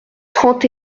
trente